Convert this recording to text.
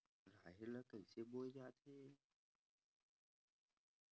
राहेर ल कइसे बोय जाथे?